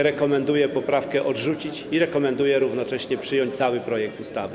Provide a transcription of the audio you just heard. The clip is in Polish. Rekomenduje poprawkę odrzucić i rekomenduje równocześnie przyjąć cały projekt ustawy.